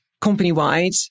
company-wide